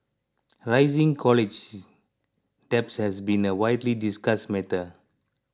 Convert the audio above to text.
rising college debt has been a widely discussed matter